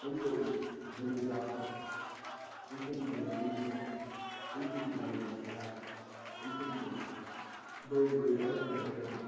اَمہِ سۭتی بَنٮ۪و ڈاکٹر تہِ اَمہِ سۭتی بَنٮ۪و اِنجیٖنَر تہِ اَمہِ سۭتی بَنٮ۪و لیٚکچِرار تہِ امہِ سۭتی بَنٮ۪و بٔڈۍ بٔڈۍ عہدَن پٮ۪ٹھ لَگِو